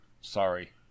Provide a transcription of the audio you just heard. Sorry